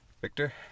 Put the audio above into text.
Victor